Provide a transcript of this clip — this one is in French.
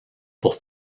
pour